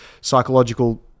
psychological